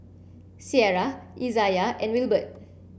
Sierra Izayah and Wilbert